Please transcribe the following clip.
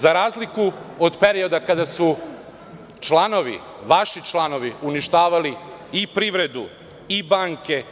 Za razliku od periodu kada su vaši članovi uništavali i privredu i banke,